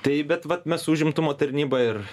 tai bet vat mes su užimtumo tarnyba ir